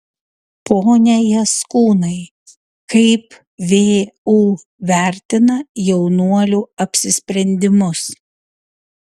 pone jaskūnai kaip vu vertina jaunuolių apsisprendimus